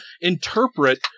interpret